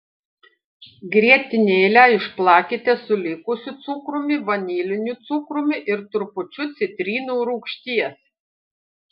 grietinėlę išplakite su likusiu cukrumi vaniliniu cukrumi ir trupučiu citrinų rūgšties